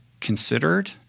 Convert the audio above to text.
considered